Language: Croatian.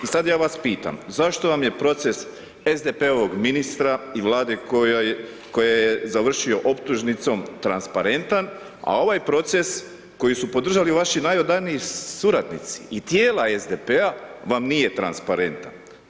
I sad ja vas pitam, zašto vam je proces SDP-ovog ministra i Vlade koja je završio optužnicom transparentan a ovaj proces koji su podržali vaši najodaniji suradnici i tijela SDP-a vam nije transparentan?